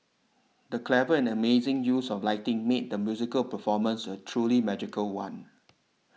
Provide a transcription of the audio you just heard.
the clever and amazing use of lighting made the musical performance a truly magical one